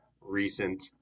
recent